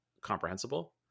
comprehensible